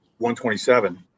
127